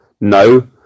No